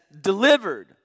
delivered